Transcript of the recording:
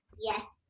Yes